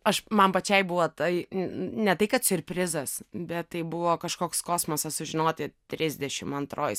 aš man pačiai buvo tai ne tai kad siurprizas bet tai buvo kažkoks kosmosas sužinoti trisdešim antroj